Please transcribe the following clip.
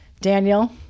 Daniel